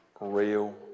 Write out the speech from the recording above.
real